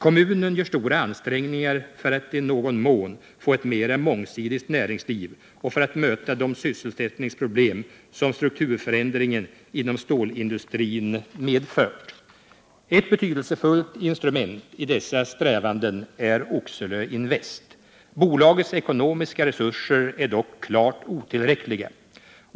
Kommunen gör stora ansträngningar för att i någon mån få ett mera mångsidigt näringsliv och för att möta de sysselsättningsproblem som strukturförändringen inom stålindustrin medfört. Ett betydelsefullt instrument i dessa strävanden är Oxelöinvest. Bolagets ekonomiska resurser är dock klart otillräckliga.